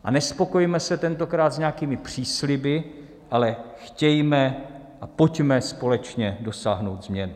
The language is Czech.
A nespokojme se tentokrát s nějakými přísliby, ale chtějme a pojďme společně dosáhnout změn.